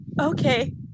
okay